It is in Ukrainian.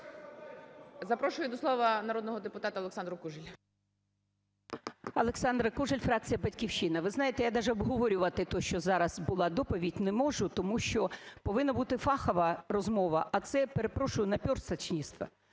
Запрошую до слова народного депутата Олександру Кужель. 10:33:06 КУЖЕЛЬ О.В. Олександра Кужель, фракція "Батьківщина". Ви знаєте, я даже обговорювати те, що зараз була доповідь, не можу. Тому що повинна бути фахова розмова. А це, перепрошую, наперстничество.